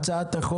הצבעה בעד,